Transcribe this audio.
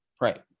Right